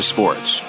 Sports